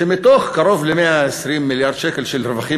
שמתוך קרוב ל-120 מיליארד שקל של רווחים